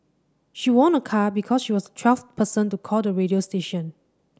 she won a car because she was twelfth person to call the radio station